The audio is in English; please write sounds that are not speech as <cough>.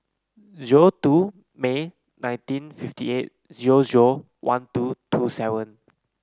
<unintelligible> May nineteen fifty eight <unintelligible> one two two seven